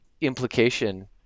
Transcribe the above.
implication